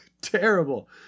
Terrible